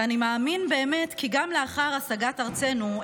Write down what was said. ואני מאמין באמת כי גם לאחר השגת ארצנו,